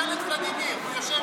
תשאל את ולדימיר, הוא יושב פה.